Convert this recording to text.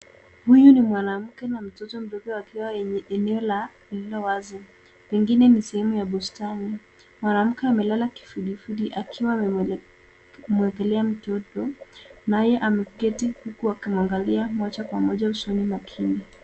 Huyu ni mwanamke na mtoto mdogo wakiwa kwenye eneo lililo wazi, pengine ni sehemu ya bustani. Mwanamke amelala kifudifudi akiwa amemwekelea mtoto, naye ameketi huku akimwangalia moja kwa moja usoni makini.